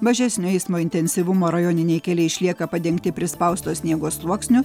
mažesnio eismo intensyvumo rajoniniai keliai išlieka padengti prispausto sniego sluoksniu